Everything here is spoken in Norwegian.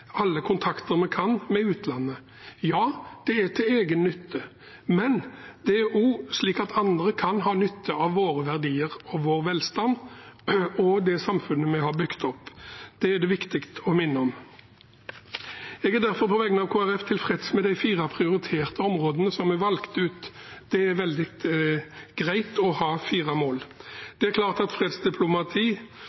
alle kontakter vi kan ha med utlandet. Ja, det er til egen nytte, men det er også slik at andre kan ha nytte av våre verdier, vår velstand og det samfunnet vi har bygd opp. Det er det viktig å minne om. Jeg er derfor på vegne av Kristelig Folkeparti tilfreds med de fire prioriterte områdene som er valgt ut. Det er veldig greit å ha fire mål.